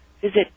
Visit